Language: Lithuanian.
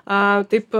a taip